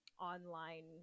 online